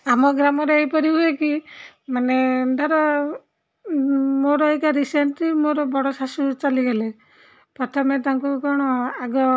ଆମ ଗ୍ରାମରେ ଏହିପରି ହୁଏ କି ମାନେ ଧର ମୋର ଏକା ରିସେଣ୍ଟଲି ମୋର ବଡ଼ ଶାଶୁ ଚାଲିଗଲେ ପ୍ରଥମେ ତାଙ୍କୁ କ'ଣ ଆଗ